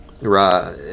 Right